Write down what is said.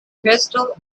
crystal